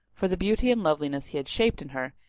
for the beauty and loveliness he had shaped in her,